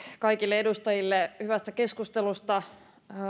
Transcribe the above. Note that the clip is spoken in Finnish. kaikille edustajille hyvästä keskustelusta